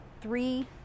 three